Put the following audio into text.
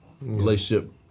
relationship